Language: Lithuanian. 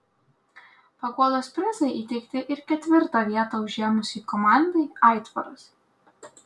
paguodos prizai įteikti ir ketvirtą vietą užėmusiai komandai aitvaras